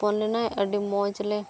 ᱦᱚᱯᱚᱱ ᱞᱮᱱᱟᱭ ᱟᱹᱰᱤ ᱢᱚᱡᱽ ᱞᱮ